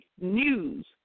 news